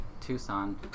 Tucson